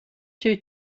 two